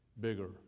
bigger